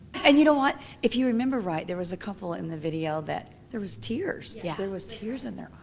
and you know what? if you remember right, there was a couple in the video that, there was tears. yeah there was tears in their